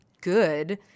good